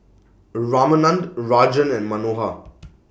Ramanand Rajan and Manohar